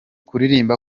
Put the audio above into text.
kuririmba